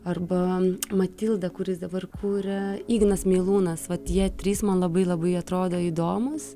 arba matildą kuris dabar kuria ignas meilūnas va tie trys man labai labai atrodo įdomūs